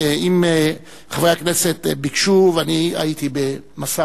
חברי הכנסת ביקשו ואני הייתי במשא